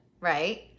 right